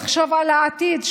לחשוב על העתיד,